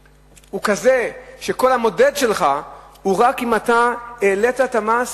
הוא כזה שהמדד שלך הוא רק אם העלית את המס,